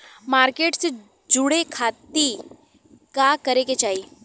Market से जुड़े खाती का करे के चाही?